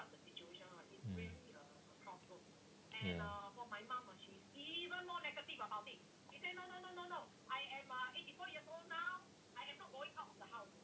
mm ya